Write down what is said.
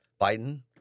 Biden